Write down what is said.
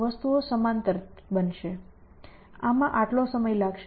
વસ્તુઓ સમાંતર બનશે આમાં આટલો સમય લાગશે